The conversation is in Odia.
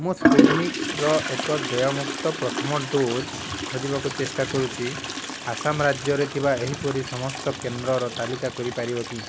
ମୁଁ ସ୍ପୁଟନିକର ଏକ ଦେୟମୁକ୍ତ ପ୍ରଥମ ଡୋଜ୍ ଖୋଜିବାକୁ ଚେଷ୍ଟା କରୁଛି ଆସାମ ରାଜ୍ୟରେ ଥିବା ଏହିପରି ସମସ୍ତ କେନ୍ଦ୍ରର ତାଲିକା କରିପାରିବ କି